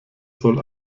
soll